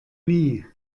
nie